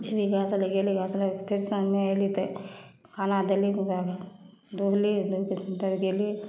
गेली घास लै लए गेली घास फेर शाममे ऐली तऽ खाना देली ओकर बाद दौड़ली दौड़के अन्दर गेली